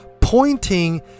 pointing